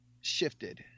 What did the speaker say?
shifted